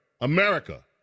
America